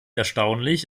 erstaunlich